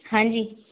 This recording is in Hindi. हाँ जी